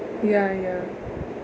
ya ya